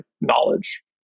knowledge